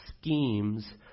schemes